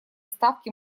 ставки